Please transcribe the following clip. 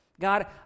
God